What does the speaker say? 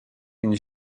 une